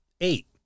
Eight